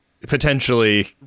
potentially